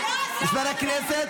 זה לא עזר לך.